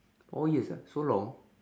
four years ah so long